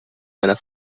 meiner